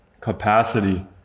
capacity